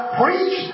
preach